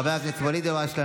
חבר הכנסת ואליד אלהואשלה,